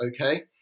okay